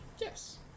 Yes